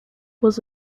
was